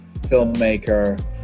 filmmaker